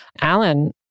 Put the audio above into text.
Alan